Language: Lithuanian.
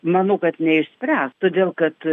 manau kad neišspręs todėl kad